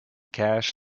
cash